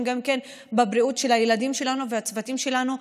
גם כן בבריאות של הילדים שלנו והצוותים שלנו,